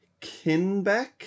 Kinbeck